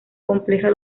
compleja